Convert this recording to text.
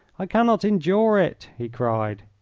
i cannot endure it, he cried.